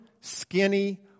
skinny